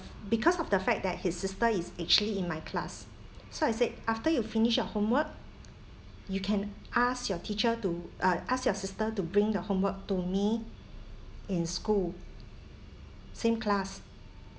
because of the fact that his sister is actually in my class so I said after you finish your homework you can ask your teacher to uh ask your sister to bring the homework to me in school same class